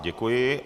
Děkuji.